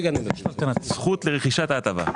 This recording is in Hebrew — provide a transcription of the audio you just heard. -- זכות לרכישת ההטבה.